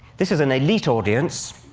this is an elite audience,